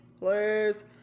Please